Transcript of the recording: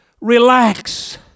relax